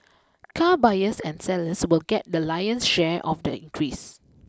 car buyers and sellers will get the lion's share of the increase